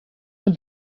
can